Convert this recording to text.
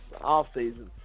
offseason